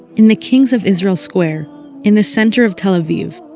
in the kings of israel square in the center of tel aviv,